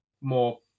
more